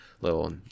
little